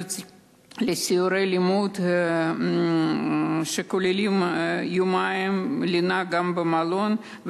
יוצאים לסיורי לימוד שכוללים גם יומיים עם לינה במלון,